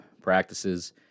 practices